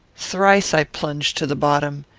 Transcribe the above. thrice i plunged to the bottom,